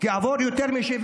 כעבור יותר מ-70